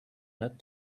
not